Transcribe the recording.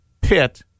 Pitt